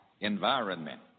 Environment